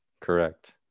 Correct